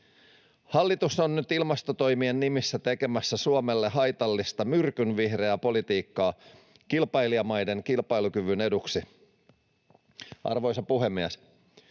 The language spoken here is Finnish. Hallitus on nyt ilmastotoimien nimissä tekemässä Suomelle haitallista myrkynvihreää politiikkaa kilpailijamaiden kilpailukyvyn eduksi. Arvoisa puhemies!